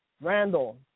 Randall